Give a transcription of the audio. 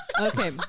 Okay